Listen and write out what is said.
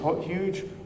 huge